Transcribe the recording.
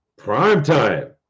primetime